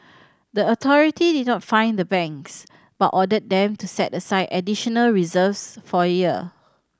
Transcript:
the authority did fine the banks but ordered them to set aside additional reserves for year